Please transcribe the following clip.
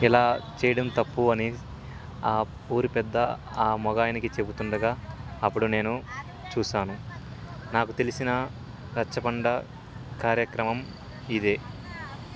ఇలా చెయ్యడం తప్పు అని ఆ ఊరి పెద్ద ఆ మగాయనకి చెప్తుండగా అప్పుడు నేను చూశాను నాకు తెలిసిన రచ్చబండ కార్యక్రమం ఇదే